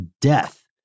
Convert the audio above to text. Death